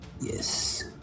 Yes